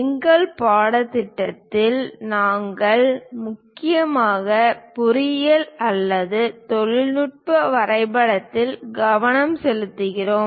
எங்கள் பாடத்திட்டத்தில் நாங்கள் முக்கியமாக பொறியியல் அல்லது தொழில்நுட்ப வரைபடத்தில் கவனம் செலுத்துகிறோம்